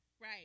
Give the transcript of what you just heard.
Right